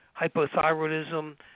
hypothyroidism